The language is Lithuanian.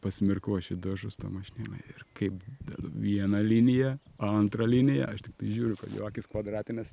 pasimirkau aš į dažus tą mašinėlę ir kaip dedu vieną liniją antrą liniją aš tiktai žiūriu kad jo akys kvadratinės